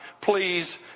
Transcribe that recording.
please